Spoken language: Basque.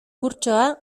kurtsoa